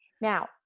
Now